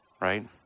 right